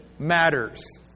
matters